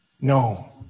No